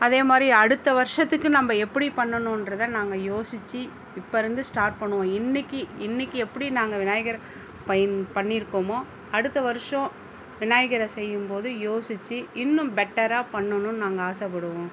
அதேமாதிரி அடுத்த வருஷத்துக்கு நம்ம எப்படி பண்ணணும்ன்றத நாங்கள் யோசித்து இப்போருந்து ஸ்டார்ட் பண்ணுவோம் இன்னைக்கி இன்னைக்கி எப்படி நாங்கள் விநாயகரை பண்ணியிருக்கோமோ அடுத்த வருஷம் விநாயகரரை செய்யும்போது யோசித்து இன்னும் பெட்டராக பண்ணணும்னு நாங்கள் ஆசைப்படுவோம்